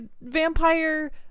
vampire